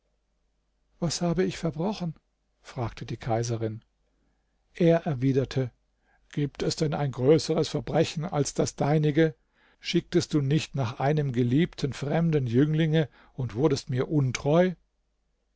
was habe ich verbrochen fragte die kaiserin er erwiderte gibt es denn ein größeres verbrechen als das deinige schicktest du nicht nach einem geliebten fremden jünglinge und wurdest mir untreu